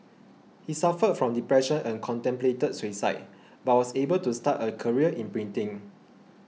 he suffered from depression and contemplated suicide but was able to start a career in printing